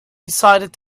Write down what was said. decided